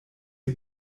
die